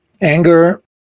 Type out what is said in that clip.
anger